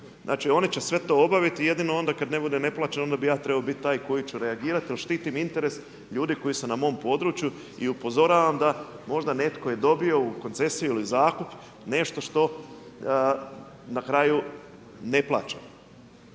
Znači oni će sve to obaviti jedino onda kad ne bude ne plaćeno onda bi ja trebao biti taj koji će reagirati jer štitim interes ljudi koji su na mom području i upozoravam da možda netko je dobio u koncesiju ili zakup nešto što na kraju ne plaća.